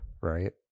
right